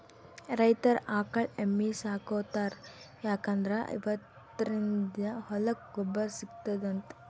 ರೈತರ್ ಆಕಳ್ ಎಮ್ಮಿ ಸಾಕೋತಾರ್ ಯಾಕಂದ್ರ ಇವದ್ರಿನ್ದ ಹೊಲಕ್ಕ್ ಗೊಬ್ಬರ್ ಸಿಗ್ತದಂತ್